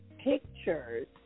pictures